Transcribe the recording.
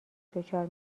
دچار